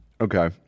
Okay